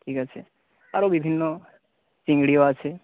ঠিক আছে আরও বিভিন্ন চিংড়িও আছে